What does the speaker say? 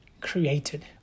created